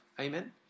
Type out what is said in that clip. Amen